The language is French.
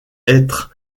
être